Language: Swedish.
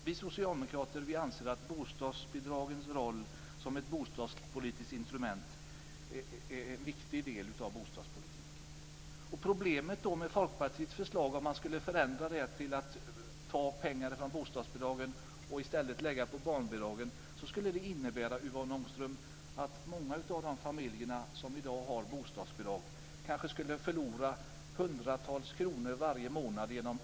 Vi socialdemokrater anser att bostadsbidragen som instrument är en viktig del av bostadspolitiken. Om man skulle på Folkpartiets förslag ta pengar från bostadsbidragen och lägga på barnbidragen skulle det innebära, Yvonne Ångström, att många av de familjer som i dag har bostadsbidrag skulle förlora hundratals kronor varje månad.